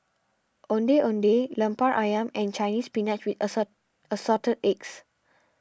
Ondeh Ondeh Lemper Ayam and Chinese Spinach with Assorted Eggs